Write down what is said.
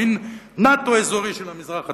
מין נאט"ו אזורי של המזרח התיכון,